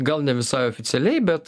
gal ne visai oficialiai bet